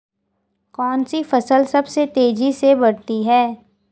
कौनसी फसल सबसे तेज़ी से बढ़ती है?